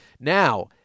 Now